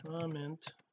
comment